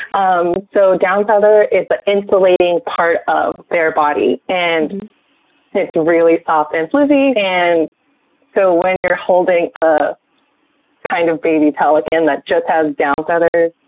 um so down feather is the insulating part of their body, and it's really soft and floofy, and so when you're holding a kind of baby pelican that just has down feathers,